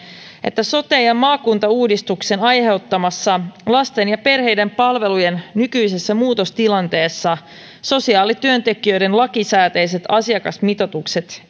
että sote ja maakuntauudistuksen aiheuttamassa lasten ja perheiden palvelujen nykyisessä muutostilanteessa sosiaalityöntekijöiden lakisääteiset asiakasmitoitukset